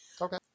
okay